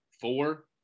four